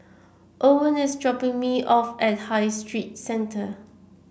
Owen is dropping me off at High Street Center